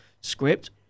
script